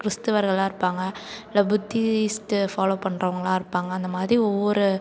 கிறிஸ்துவர்களாக இருப்பாங்க இல்லை Buddhist follow பண்ணுறவங்களா இருப்பாங்க அந்த மாதிரி ஒவ்வொரு